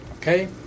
okay